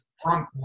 front